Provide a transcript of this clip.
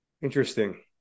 interesting